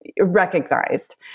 recognized